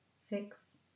six